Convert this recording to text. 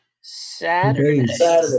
saturday